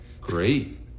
great